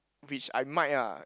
which I might ah